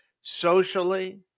socially